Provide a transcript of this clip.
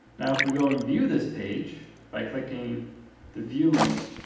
now, if we go and view this page by clicking the view link